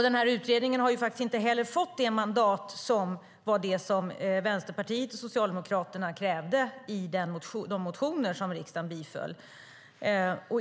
Denna utredning har inte heller fått det mandat som Vänsterpartiet och Socialdemokraterna krävde i de motioner som riksdagen biföll.